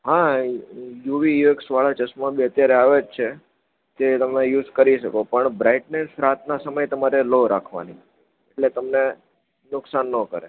હા UV X વાળા ચશ્માં બી અત્યારે આવે જ છે કે તે તમે યુઝ કરી શકો પણ બ્રાઇટનેસ રાતના સમયે તમારે લો રાખવાની એટલે તમને નુકસાન ન કરે